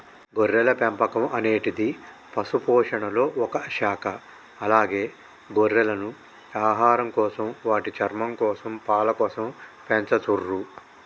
గొర్రెల పెంపకం అనేటిది పశుపోషణలొ ఒక శాఖ అలాగే గొర్రెలను ఆహారంకోసం, వాటి చర్మంకోసం, పాలకోసం పెంచతుర్రు